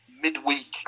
midweek